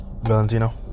Valentino